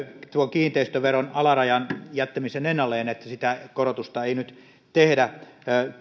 kiinteistöveron alarajan jättämisen ennalleen että sitä korotusta ei nyt tehdä